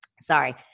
sorry